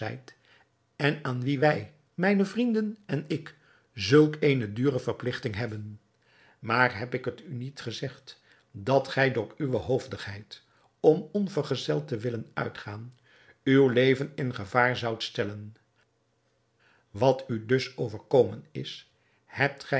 en aan wien wij mijne vrienden en ik zulk eene dure verpligting hebben maar heb ik het u niet gezegd dat gij door uwe hoofdigheid om onvergezeld te willen uitgaan uw leven in gevaar zoudt stellen wat u dus overkomen is hebt gij